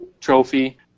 Trophy